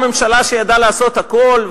ממשלה שידעה לעשות הכול,